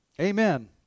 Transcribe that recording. Amen